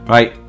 Right